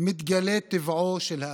מתגלה טבעו של האדם.